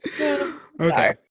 Okay